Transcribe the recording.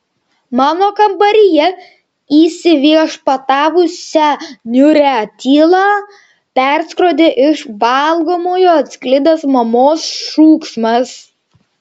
mano kambaryje įsiviešpatavusią niūrią tylą perskrodė iš valgomojo atsklidęs mamos šūksmas